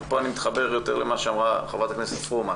ופה אני מתחבר למה שאמרה חברת הכנסת פרומן